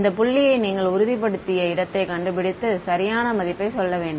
இந்த புள்ளியை நீங்கள் உறுதிப்படுத்திய இடத்தைக் கண்டுபிடித்து சரியான மதிப்பை சொல்ல வேண்டும்